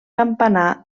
campanar